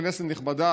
כנסת נכבדה,